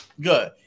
good